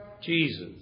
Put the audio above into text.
Jesus